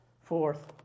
Fourth